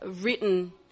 written